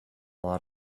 lot